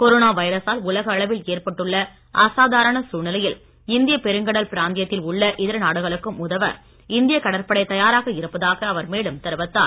corona வைரசால் உலக அளவில் ஏற்பட்டுள்ள அசாதாரண சூழ்நிலையில் இந்திய பெருங்கடல் பிராந்தியத்தில் உள்ள இதர நாடுகளுக்கும் உதவ இந்திய கடற்படை தயாராக இருப்பதாக அவர் மேலும் தெரிவித்தார்